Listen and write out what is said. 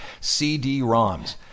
CD-ROMS